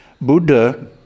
Buddha